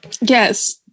Yes